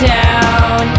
down